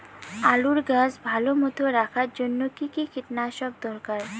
আলুর গাছ ভালো মতো রাখার জন্য কী কী কীটনাশক দরকার?